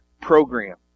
program